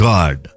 God